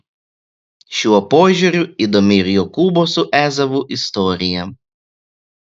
šiuo požiūriu įdomi ir jokūbo su ezavu istorija